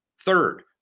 Third